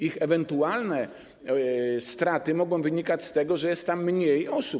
Ich ewentualne straty mogą wynikać z tego, że jest tam mniej osób.